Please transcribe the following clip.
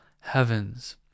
heavens